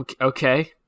Okay